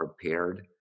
prepared